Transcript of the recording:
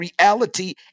reality